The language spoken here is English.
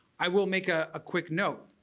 i will make a ah quick note